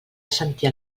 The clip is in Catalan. sentir